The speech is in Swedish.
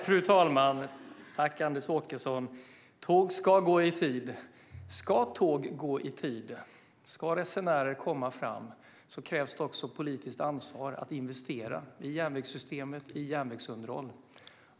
Fru talman! Tack, Anders Åkesson! Tåg ska gå i tid. Om tåg ska gå i tid och om resenärer ska komma fram krävs också politiskt ansvar genom att man investerar i järnvägssystemet och i järnvägsunderhållet.